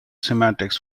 semantics